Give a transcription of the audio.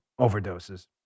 overdoses